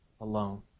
alone